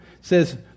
says